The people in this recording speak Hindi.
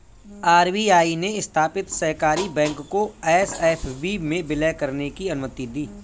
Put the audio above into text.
आर.बी.आई ने स्थापित सहकारी बैंक को एस.एफ.बी में विलय करने की अनुमति दी